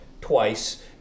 Twice